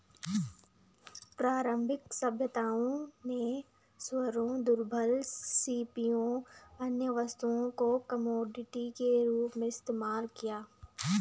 प्रारंभिक सभ्यताओं ने सूअरों, दुर्लभ सीपियों, अन्य वस्तुओं को कमोडिटी के रूप में इस्तेमाल किया